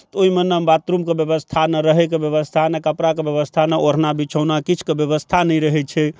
तऽ ओहिमे नहि बाथरूमके बेबस्था नहि रहैके बेबस्था नहि कपड़ाके बेबस्था नहि ओढ़ना बिछौना किछुके बेबस्था नहि रहै छै